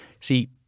See